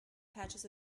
patches